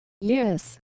yes